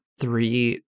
three